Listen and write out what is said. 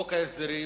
חוק ההסדרים